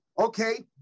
okay